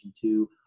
two